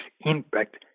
impact